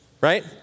right